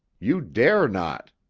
you dare not!